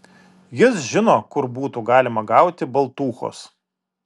jis žino kur būtų galima gauti baltūchos